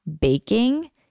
baking